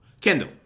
Kendall